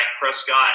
Prescott